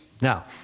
Now